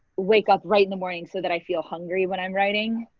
wake up write in the morning so that i feel hungry when i'm writing.